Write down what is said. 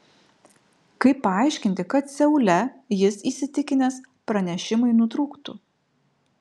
kaip paaiškinti kad seule jis įsitikinęs pranešimai nutrūktų